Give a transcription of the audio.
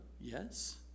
Yes